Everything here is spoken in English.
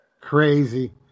Crazy